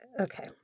okay